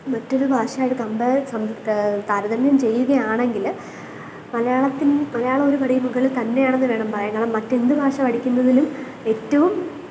മറ്റൊരു ഭാഷയായിട്ട് കമ്പയറ് താരതമ്യം ചെയ്യുകയാണെങ്കിൽ മലയാളത്തിന് മലയാളം ഒരുപടി മുകളില് തന്നെയാണെന്ന് വേണം പറയാന് കാരണം മറ്റെന്ത് ഭാഷ പഠിക്കുന്നതിലും ഏറ്റവും